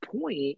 point